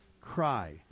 cry